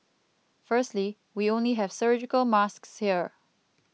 firstly we only have surgical masks here